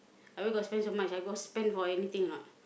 I where got spend so much I got spend for anything or not